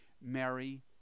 Mary